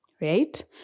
right